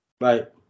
Right